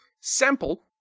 Sample